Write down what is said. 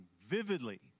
vividly